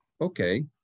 Okay